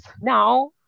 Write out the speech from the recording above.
Now